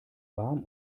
warm